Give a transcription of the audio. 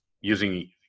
using